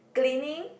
cleaning